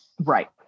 Right